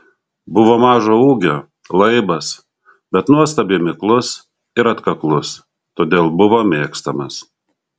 buvo mažo ūgio laibas bet nuostabiai miklus ir atkaklus todėl buvo mėgstamas